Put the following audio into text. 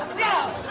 no!